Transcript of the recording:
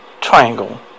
Triangle